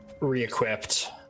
Re-equipped